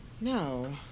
No